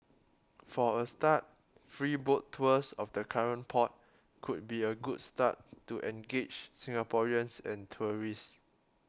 for a start free boat tours of the current port could be a good start to engage Singaporeans and tourists